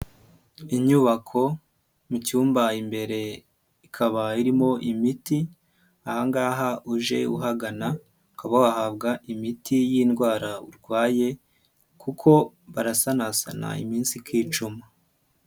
Inyubako mu cyumba imbere ikaba irimo imiti, aha ngaha uje uhagana ukaba wahabwa imiti y'indwara urwaye kuko barasanasana iminsi ikicuma.